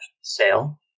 sale